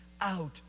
out